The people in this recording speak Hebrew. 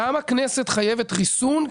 גם הכנסת חייבת ריסון,